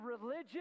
religion